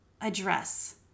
address